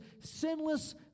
sinless